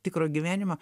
tikro gyvenimo